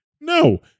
No